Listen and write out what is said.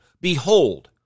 Behold